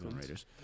Raiders